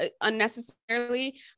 unnecessarily